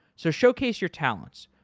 so, showcase your talents.